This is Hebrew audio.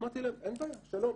אמרתי להם, אין בעיה, שלום.